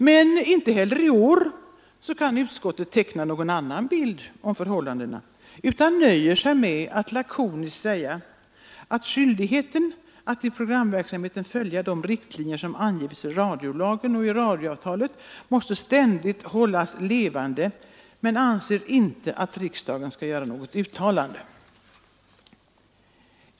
Men inte heller i år kan utskottet teckna en annan bild av förhållandena utan nöjer sig med att lakoniskt säga att skyldigheten att i programverksamheten följa de riktlinjer som angivits i radiolagen och i radioavtalet ständigt måste hållas levande. Utskottet anser dock inte att riksdagen skall göra något uttalande.